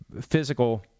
physical